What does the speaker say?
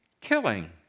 killing